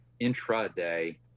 intraday